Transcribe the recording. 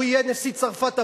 הוא יהיה נשיא צרפת הבא,